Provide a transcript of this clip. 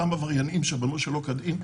ועבריינים, שבנו לא כדין.